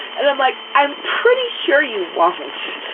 and i'm like, i'm pretty sure you won't.